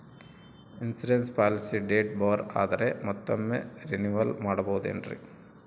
Insurance policy date ಬಾರ್ ಆದರೆ ಮತ್ತೊಮ್ಮೆ ರಿನಿವಲ್ ಮಾಡಬಹುದ್ರಿ?